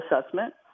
assessment